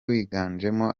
wiganjemo